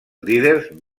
líders